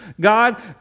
God